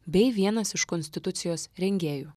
bei vienas iš konstitucijos rengėjų